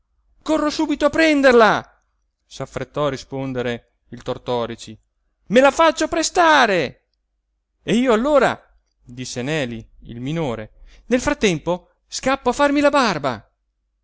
corro subito a prenderla s'affrettò a rispondere il tortorici me la faccio prestare e io allora disse neli il minore nel frattempo scappo a farmi la barba